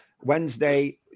Wednesday